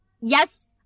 yes